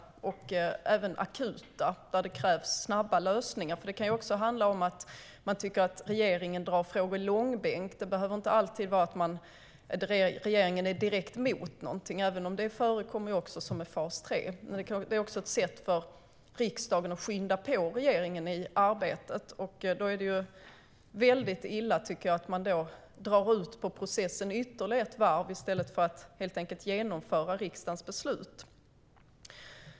De kan även vara akuta och kräva snabba lösningar, för det kan handla om att man tycker att regeringen drar frågor i långbänk. Det behöver alltså inte vara så att riksdagen är direkt mot någonting - även om det också förekommer, som med fas 3 - utan det kan vara ett sätt för riksdagen att skynda på regeringen i arbetet. Då tycker jag att det är väldigt illa att dra ut på processen ytterligare ett varv i stället för att helt enkelt genomföra riksdagens beslut.